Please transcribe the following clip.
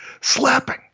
slapping